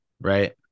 right